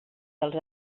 dels